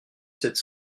cette